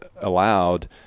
allowed